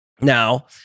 Now